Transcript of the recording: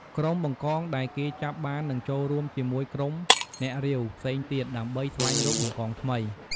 ក្រុមបង្កងដែលគេចាប់បាននឹងចូលរួមជាមួយក្រុម អ្នករាវ ផ្សេងទៀត ដើម្បីស្វែងរក បង្កងថ្មី។